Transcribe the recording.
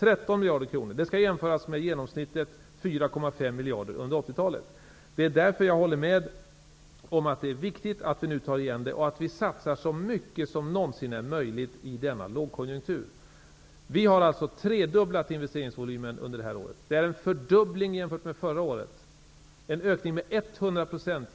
Det skall jömföras med genomsnittet 4,5 miljarder kronor under 80-talet. Det är därför jag håller med om att det är viktigt att vi nu tar igen och satsar så mycket det någonsin är möjligt i denna lågkonjunktur. Vi har alltså tredubblat investeringsvolymen uner det här året. Det är en fördubbling jämfört med förra året, alltså en ökning med 100 %.